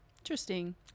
Interesting